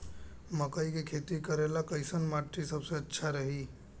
मकई के खेती करेला कैसन माटी सबसे अच्छा रही?